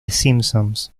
simpsons